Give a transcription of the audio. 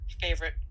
favorite